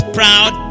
proud